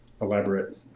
elaborate